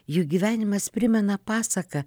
juk gyvenimas primena pasaką